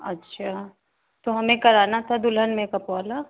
अच्छा तो हमें कराना था दुल्हन मेकअप वाला